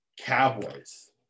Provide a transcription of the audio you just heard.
Cowboys